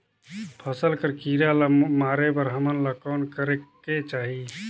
फसल कर कीरा ला मारे बर हमन ला कौन करेके चाही?